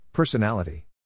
Personality